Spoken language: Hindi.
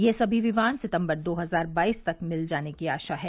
ये सभी विमान सितंबर दो हजार बाईस तक मिल जाने की आशा है